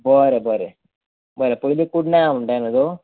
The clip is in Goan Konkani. बरें बरें पयलीं कुडण्या या म्हणटा न्हू तूं